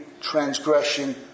transgression